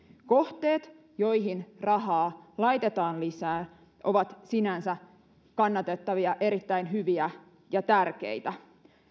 kohteet joihin rahaa laitetaan lisää ovat sinänsä kannatettavia erittäin hyviä ja tärkeitä